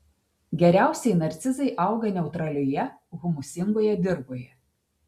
geriausiai narcizai auga neutralioje humusingoje dirvoje